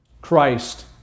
Christ